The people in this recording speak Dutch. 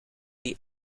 die